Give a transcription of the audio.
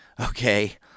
Okay